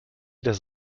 das